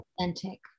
authentic